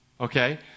Okay